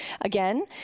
Again